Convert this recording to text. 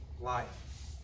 life